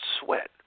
sweat